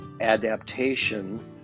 adaptation